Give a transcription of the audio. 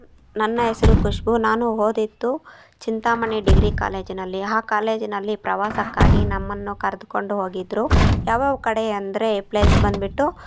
ನನ್ನ ಹೆಸ್ರು ಖುಷ್ಬೂ ನಾನು ಓದಿದ್ದು ಚಿಂತಾಮಣಿ ಡಿಗ್ರಿ ಕಾಲೇಜಿನಲ್ಲಿ ಆ ಕಾಲೇಜಿನಲ್ಲಿ ಪ್ರವಾಸಕ್ಕಾಗಿ ನಮ್ಮನ್ನು ಕರ್ದ್ಕೊಂಡು ಹೋಗಿದ್ದರು ಯಾವ ಕಡೆ ಅಂದರೆ ಪ್ಲೇಸ್ ಬಂದುಬಿಟ್ಟು